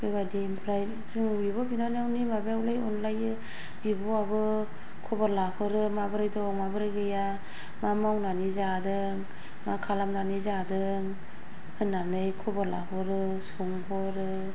बेबादि ओमफ्राय जों बिब' बिनानावनि माबायावलाय अनलायो बिब'आबो खबर लाहरो माबोरै दं माबोरै गैया मा मावनानै जादों मा खालामनानै जादों होननानै खबर लाहरो सोंहरो